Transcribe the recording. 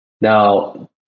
Now